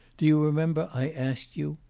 do you remember i asked you,